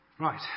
Right